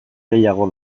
gehiago